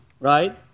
Right